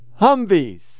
Humvees